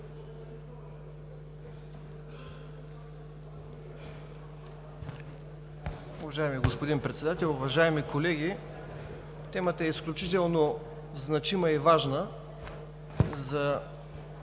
Уважаеми господин Председател, уважаеми колеги! Темата е изключително значима и важна за